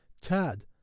Tad